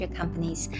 companies